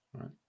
Right